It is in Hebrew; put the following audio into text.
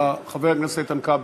בבקשה.